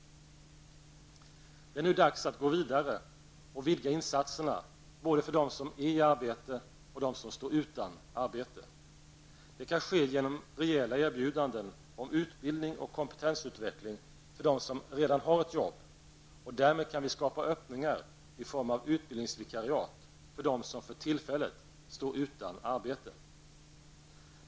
Det är nu dags att gå vidare och vidga insatserna både för dem som är i arbete och för dem som står utan arbete. Det kan ske genom rejäla erbjudanden om utbildning och kompetensutveckling för dem som redan har ett jobb. Därmed kan vi skapa öppningar i form av utbildningsvikariat för dem som för tillfället står utan arbete.